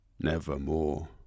nevermore